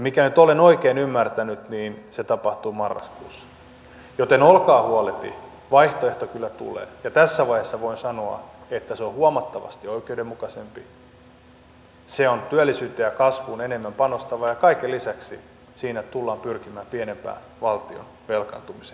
mikäli nyt olen oikein ymmärtänyt niin se tapahtuu marraskuussa joten olkaa huolehti vaihtoehto kyllä tulee ja tässä vaiheessa voin sanoa että se on huomattavasti oikeudenmukaisempi se on työllisyyteen ja kasvuun enemmän panostava ja kaiken lisäksi siinä tullaan pyrkimään pienempään valtion velkaantumiseen